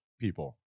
people